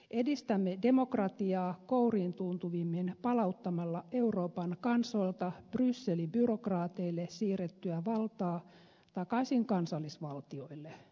edistämme demokratiaa kouriintuntuvimmin palauttamalla euroopan kansoilta brysselin byrokraateille siirrettyä valtaa takaisin kansallisvaltioille